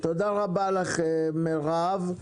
תודה רבה לך, מרב.